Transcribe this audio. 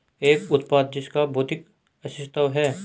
एक उत्पाद जिसका भौतिक अस्तित्व है?